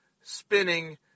spinning